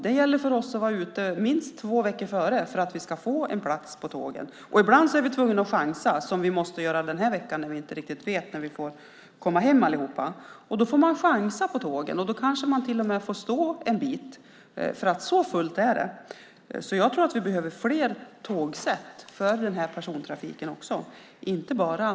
Det gäller för oss att vara ute minst två veckor i förväg för att få en plats på tåget. Ibland är vi tvungna att chansa, som den här veckan när vi inte riktigt vet när vi kan åka hem. Då kanske man till och med får stå en bit. Så fullt är det. Jag tror därför att vi behöver fler tågsätt för denna persontrafik i stället för att de tas bort.